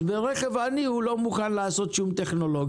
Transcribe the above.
אז ברכב של עני הוא לא מוכן לשים שום טכנולוגיה,